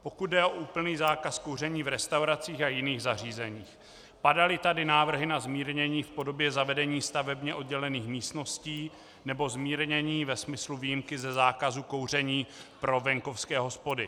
Pokud jde o úplný zákaz kouření v restauracích a jiných zařízeních, padaly tady návrh na zmírnění v podobě zavedení stavebně oddělených místností nebo zmírnění ve smyslu výjimky ze zákazu kouření pro venkovské hospody.